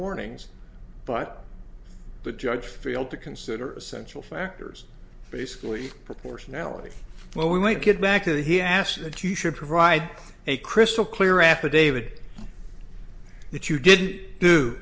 warnings but the judge failed to consider essential factors basically proportionality well we might get back to the he asked that you should provide a crystal clear affidavit that you did